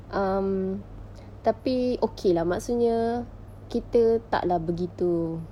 um tapi okay lah maksudnya kita tak lah begitu